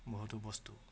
বহুতো বস্তু